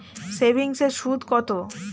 সেভিংসে সুদ কত?